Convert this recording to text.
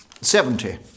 Seventy